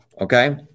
okay